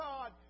God